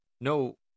no